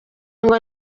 ngo